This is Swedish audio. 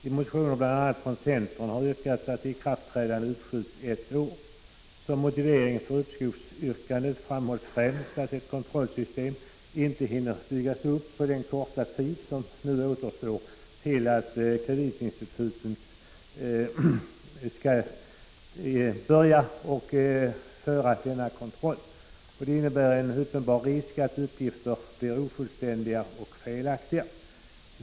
I motioner bl.a. från centern har yrkats att ikraftträdandet uppskjuts ett år. Som motivering för uppskovsyrkandet framhålls främst att ett kontrollsystem inte hinner byggas upp på den korta tid som nu står till kreditinstitutens förfogande. Och detta innebär en uppenbar risk att uppgifterna blir ofullständiga och felaktiga.